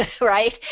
right